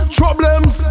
problems